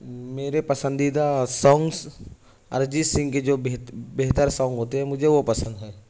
میرے پسندیدہ سونگس ارجیت سنگھ کے جو بہت بہتر سونگ ہوتے ہیں مجھے وہ پسند ہیں